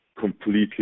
completely